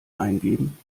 eingeben